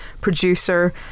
producer